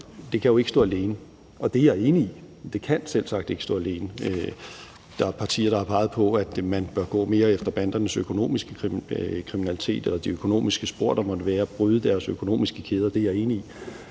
det kan jo ikke stå alene. Det er jeg enig i. Det kan selvsagt ikke stå alene. Der er partier, der har peget på, at man bør gå mere efter bandernes økonomiske kriminalitet og de økonomiske spor, der måtte være, altså bryde deres økonomiske kæder. Det er jeg enig i.